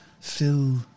fill